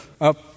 up